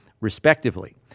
respectively